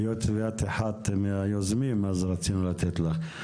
היות ואת אחת מהיוזמות רצינו לתת לך את זכות הדיבור.